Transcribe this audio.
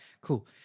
cool